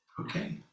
okay